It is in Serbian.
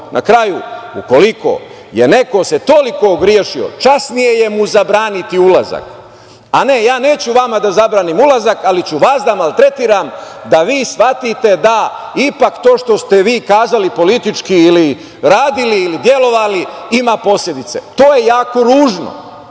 Na kraju, ukoliko se neko toliko ogrešio, časnije mu je zabraniti ulazak, a ne ja neću vama zabranim ulazak, ali ću vas da maltretiram da vi shvatite da ipak to što ste vi kazali politički ili radili ili delovali ima posledice. To je jako ružno.